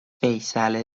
فیصله